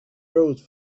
rode